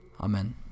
Amen